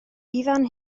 ifan